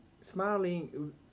smiling